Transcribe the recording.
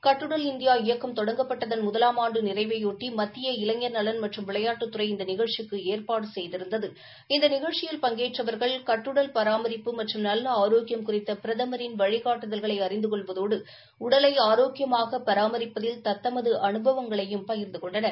கட்டுடல் இந்தியா இயக்கம் தொடங்கப்பட்டதன் முதலாம் ஆண்டு நிறைவையொட்டி மத்திய இளைஞர் நலன் மற்றும் விளையாட்டுத்துறை இந்த நிகழ்ச்சிக்கு ஏற்பாடு பங்கேற்றவர்கள் கட்டுடல் பராமரிப்பு மற்றும் நல்ல ஆரோக்கியம் குறித்த பிரதமரின் வழிகாட்டுதல்களை அறிந்து கொள்வதோடு உடலை ஆரோக்கியமாக பராமரிப்பதில் தத்தமது அனுபவங்களையும் பகிர்ந்து கொண்டனர்